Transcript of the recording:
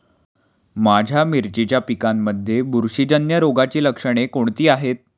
माझ्या मिरचीच्या पिकांमध्ये बुरशीजन्य रोगाची लक्षणे कोणती आहेत?